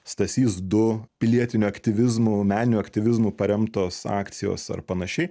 stasys du pilietiniu aktyvizmu meniniu aktyvizmu paremtos akcijos ar panašiai